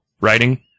writing